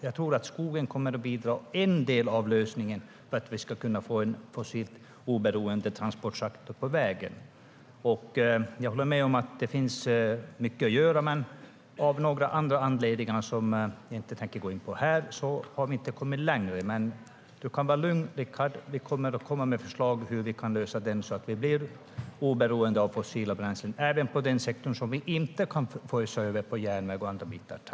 Jag tror att skogen kommer att bidra till en del av lösningen för att vi ska kunna få en fossiloberoende transportsektor på vägen. Jag håller med om att det finns mycket att göra. Men av några andra anledningar, som jag inte tänker gå in på här, har vi inte kommit längre. Du kan dock vara lugn, Rickard - vi kommer att komma med förslag på hur vi kan lösa detta så att vi blir oberoende av fossila bränslen även i den sektor som vi inte kan fösa över på järnväg och andra bitar.